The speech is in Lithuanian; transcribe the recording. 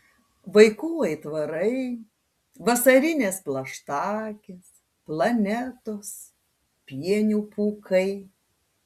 vaikų aitvarai vasarinės plaštakės planetos pienių pūkai